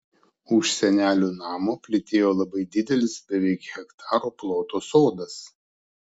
už senelių namo plytėjo labai didelis beveik hektaro ploto sodas